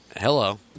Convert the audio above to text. Hello